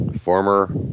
former